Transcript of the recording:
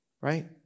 Right